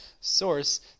source